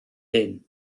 hyn